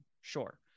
Sure